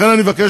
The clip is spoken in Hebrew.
לכן אני מבקש